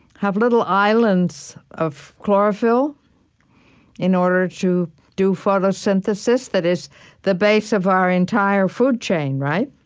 have little islands of chlorophyll in order to do photosynthesis that is the base of our entire food chain, right?